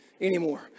anymore